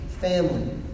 family